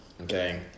Okay